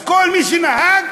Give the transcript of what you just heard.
אז כל מי שנהג,